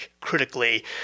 critically